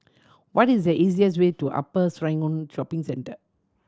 what is the easiest way to Upper Serangoon Shopping Centre